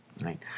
Right